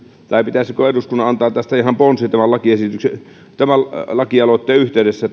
tai pitäisikö eduskunnan antaa tästä ihan ponsi tämän lakialoitteen yhteydessä